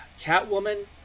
Catwoman